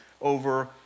over